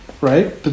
right